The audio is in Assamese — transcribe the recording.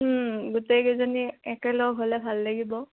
গোটেইকেইজনী একেলগ হ'লে ভাল লাগিব